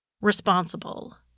responsible